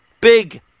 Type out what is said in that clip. big